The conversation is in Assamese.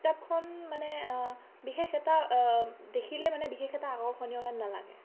কিতাপখন মানে বিশেষ এটা দেখিলে মানে বিশেষ এটা আকৰ্ষণীয়হেন নালাগে